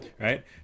right